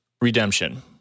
redemption